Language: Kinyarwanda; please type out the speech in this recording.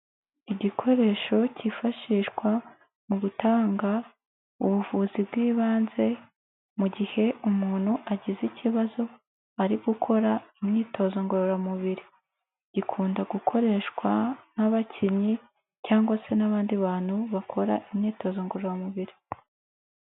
Igikoresho cyifashishwa mu gutanga ubuvuzi bw'ibanze, mu gihe umuntu agize ikibazo ari gukora imyitozo ngororamubiri, gikunda gukoreshwa n'abakinnyi cyangwa se n'abandi bantu bakora imyitozo ngororamubiri.